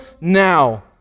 now